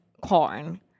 corn